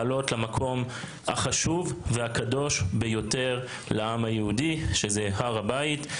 לעלות למקום החשוב והקדוש ביותר לעם היהודי שהוא הר הבית.